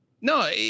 No